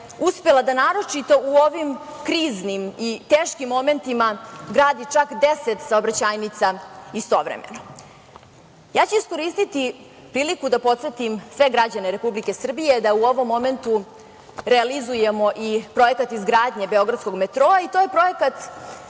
uspela da naročito u ovim kriznim i teškim momentima gradi čak 10 saobraćajnica istovremeno. Ja ću iskoristiti priliku da podsetim sve građane Republike Srbije da u ovom momentu realizujemo i projekat izgradnje Beogradskog metroa, i to je projekat